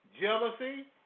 jealousy